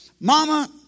Mama